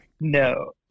No